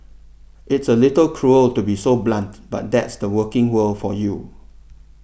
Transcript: it's a little cruel to be so blunt but that's the working world for you